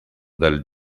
dallo